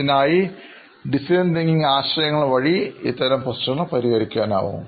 ഇതിനായി design thinking ആശയങ്ങൾ വഴി അത്തരം പ്രശ്നങ്ങൾ പരിഹരിക്കാനാകും